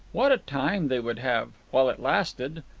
what a time they would have while it lasted!